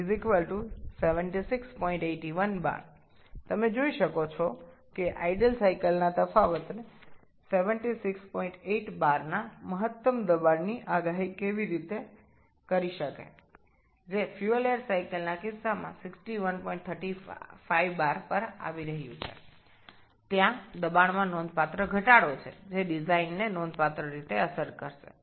তাহলে আপনি এটি পেয়েছেন P3 7681 bar আপনি পার্থক্যটি দেখতে পাচ্ছেন যে আদর্শ চক্রের থেকে কিভাবে সর্বোচ্চ চাপ ৭৬৮ বার কম গণনা করেছে যা ফুয়েল এয়ার চক্রের ক্ষেত্রে ৬১৩৫ বার কমে যায় সেখানে চাপের মধ্যে উল্লেখযোগ্য হ্রাস রয়েছে যা নকশাকে বেশ কার্যকরভাবে প্রভাবিত করবে